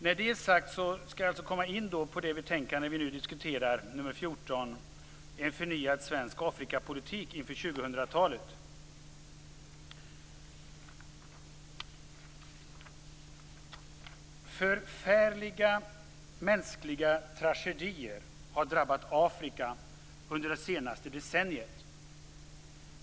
Med det sagt skall jag komma in på det betänkande vi nu diskuterar, UU14, En förnyad svensk Afrikapolitik inför 2000-talet. "Förfärliga mänskliga tragedier har drabbat Afrika under det senaste decenniet.